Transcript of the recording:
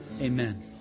Amen